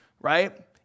right